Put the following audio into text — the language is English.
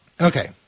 Okay